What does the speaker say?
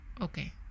okay